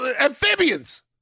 Amphibians